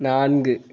நான்கு